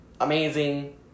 amazing